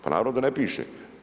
Pa naravno da ne piše.